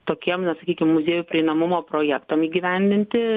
tokiem na sakykim muziejų prieinamumo projektam įgyvendinti